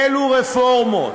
אילו רפורמות?